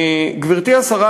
גברתי השרה,